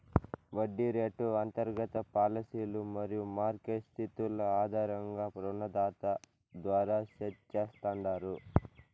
వడ్డీ రేటు అంతర్గత పాలసీలు మరియు మార్కెట్ స్థితుల ఆధారంగా రుణదాత ద్వారా సెట్ చేస్తాండారు